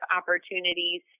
opportunities